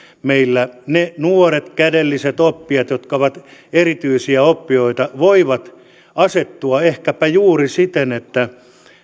meillä ne nuoret kädelliset oppijat jotka ovat erityisiä oppijoita voivat asettua ehkäpä juuri siten että